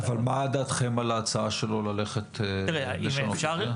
אבל מה דעתכם על ההצעה שלו ללכת לשנות את זה?